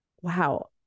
wow